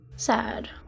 sad